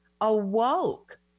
awoke